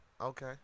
Okay